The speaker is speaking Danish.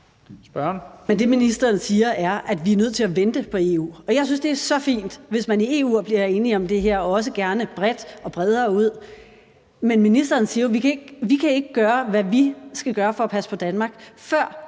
det, ministeren siger, er, at vi er nødt til at vente på EU. Og jeg synes, det er så fint, hvis man i EU bliver enige om det her, også gerne bredt og bredere ud. Men ministeren siger jo: Vi kan ikke gøre, hvad vi skal gøre, for at passe på Danmark, før